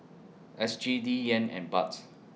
S G D Yen and Baht's